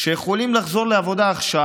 יכולים לחזור לעבודה עכשיו.